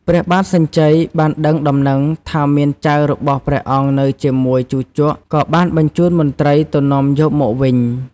ព្រះបាទសញ្ជ័យបានដឹងដំណឹងថាមានចៅរបស់ព្រះអង្គនៅជាមួយជូជក ក៏បានបញ្ជូនមន្ត្រីទៅនាំយកមកវិញ។